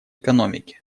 экономики